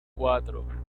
cuatro